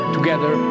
Together